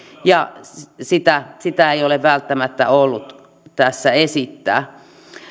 ja sitä sitä ei ole välttämättä ollut tässä esittää